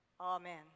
Amen